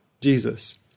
Jesus